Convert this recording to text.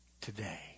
Today